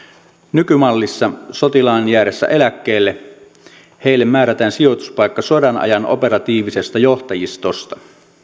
nykymallissa sotilaan jäädessä eläkkeelle hänelle määrätään sijoituspaikka sodanajan operatiivisesta johtajistosta